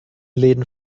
läden